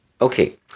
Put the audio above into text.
Okay